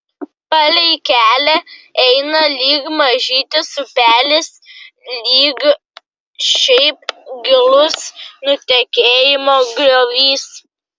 palei kelią eina lyg mažytis upelis lyg šiaip gilus nutekėjimo griovys